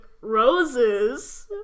roses